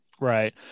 Right